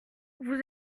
vous